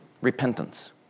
repentance